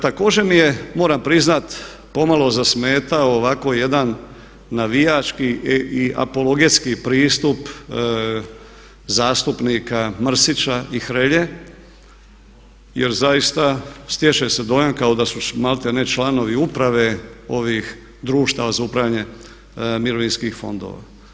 Također mi je moram priznat pomalo zasmetao ovako jedan navijački i apologetski pristup zastupnika Mrsića i Hrelje jer zaista stječe se dojam kao da su maltene članovi uprave ovih društava za upravljanje mirovinskih fondova.